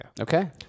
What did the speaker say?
okay